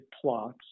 plots